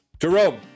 Jerome